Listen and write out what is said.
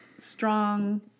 strong